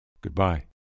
Goodbye